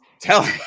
tell